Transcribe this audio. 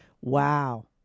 Wow